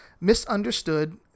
misunderstood